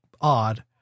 odd